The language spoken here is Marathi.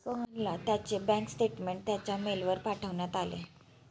सोहनला त्याचे बँक स्टेटमेंट त्याच्या मेलवर पाठवण्यात आले